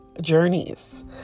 journeys